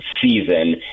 season